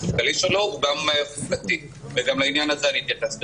אלא הוא גם חוקתי וגם לעניין הזה אני אתייחס במילה.